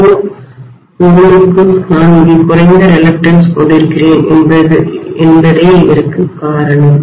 core பொருளுக்கு நான் மிகக் குறைந்த தயக்கம்ரிலக்டன்ஸ் கொண்டிருக்கிறேன் என்பதே இதற்குக் காரணம்